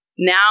Now